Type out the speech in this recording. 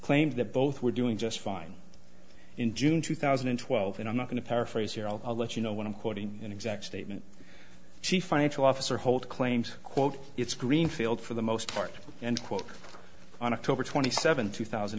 claims that both were doing just fine in june two thousand and twelve and i'm not going to paraphrase here i'll let you know when i'm quoting an exact statement chief financial officer holt claims quote it's greenfield for the most part and quote on october twenty seventh two thousand